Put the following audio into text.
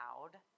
loud